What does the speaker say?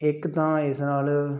ਇੱਕ ਤਾਂ ਇਸ ਨਾਲ